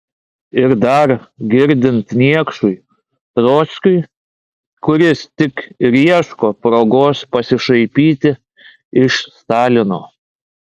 ir dar girdint niekšui trockiui kuris tik ir ieško progos pasišaipyti iš stalino